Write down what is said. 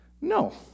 No